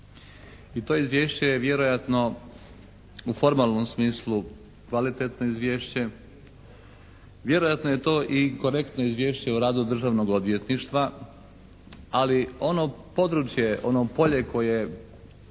i to Izvješće je vjerojatno u formalnom smislu kvalitetno Izvješće. Vjerojatno je to i korektno izvješće o radu Državnog odvjetništva, ali ono područje, ono polje koje na